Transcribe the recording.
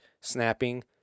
snapping